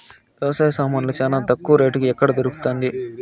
వ్యవసాయ సామాన్లు చానా తక్కువ రేటుకి ఎక్కడ దొరుకుతుంది?